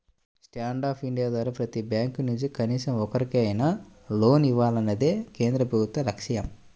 stand up India ద్వారా ప్రతి bank నుంచి కనీసం ఒక్కరికైనా లోన్ ఇవ్వాలన్నదే కేంద్ర ప్రభుత్వ లక్ష్యం